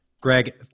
Greg